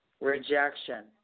rejection